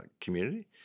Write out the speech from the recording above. community